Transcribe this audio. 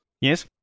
Yes